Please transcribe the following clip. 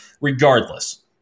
regardless